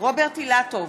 רוברט אילטוב,